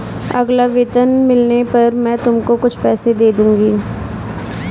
अगला वेतन मिलने पर मैं तुमको कुछ पैसे दे दूँगी